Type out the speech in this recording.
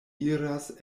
iras